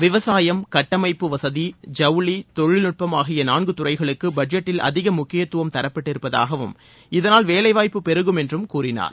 விவசாயம் கட்டனமட்பு வசதி ஜவுளி தொழில்நுட்பம் ஆகிய நான்கு துறைகளுக்கு பட்ஜெட்டில் அதிக முக்கியத்துவம் தரப்பட்டு இருப்பதாகவும் இதனால் வேலைவாய்ப்பு பெருகும் என்றும் கூறினார்